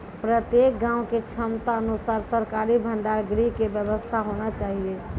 प्रत्येक गाँव के क्षमता अनुसार सरकारी भंडार गृह के व्यवस्था होना चाहिए?